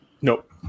Nope